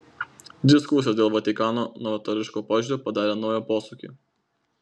diskusijos dėl vatikano novatoriško požiūrio padarė naują posūkį